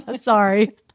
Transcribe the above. sorry